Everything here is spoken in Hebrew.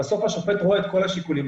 בסוף השופט רואה את כל השיקולים.